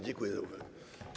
Dziękuję za uwagę.